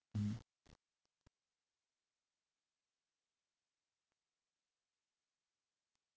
mmhmm